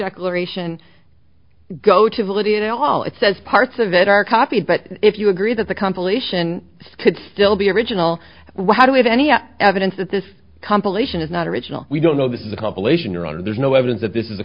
declaration go to validity at all it says parts of it are copied but if you agree that the compilation could still be original how do we have any evidence that this compilation is not original we don't know this is the compilation you're on and there's no evidence that this is